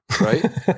right